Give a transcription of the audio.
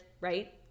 right